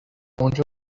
اونجا